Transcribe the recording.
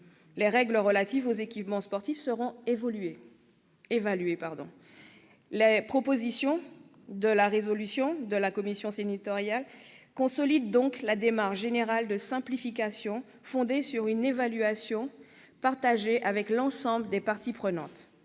les règles relatives aux équipements sportifs seront évaluées. Les propositions contenues dans cette résolution sénatoriale consolident donc la démarche générale de simplification, fondée sur une évaluation partagée avec l'ensemble des parties prenantes.